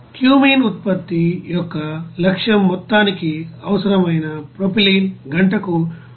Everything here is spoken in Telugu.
క్యూమీన్ ఉత్పత్తి యొక్క లక్ష్యం మొత్తానికి అవసరమైన ప్రొపైలిన్ గంటకు 173